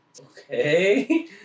Okay